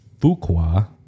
Fuqua